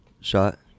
shot